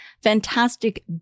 Fantastic